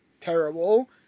terrible